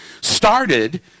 started